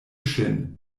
ŝin